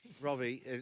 Robbie